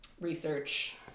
research